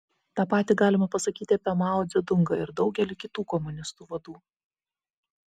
tą patį galima pasakyti apie mao dzedungą ir daugelį kitų komunistų vadų